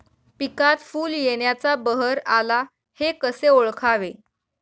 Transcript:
पिकात फूल येण्याचा बहर आला हे कसे ओळखावे?